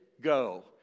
Go